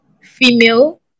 female